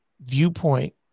Viewpoint